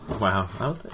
Wow